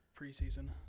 preseason